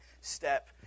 step